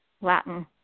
Latin